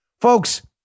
Folks